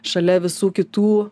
šalia visų kitų